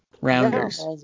Rounders